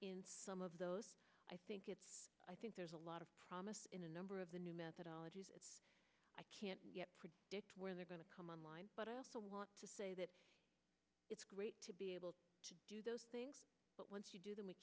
in some of those i think it's i think there's a lot of promise in a number of the new methodology i can't yet predict where they're going to come online but i also want to say that it's great to be able to do those things but once you do th